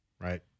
Right